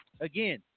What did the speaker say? again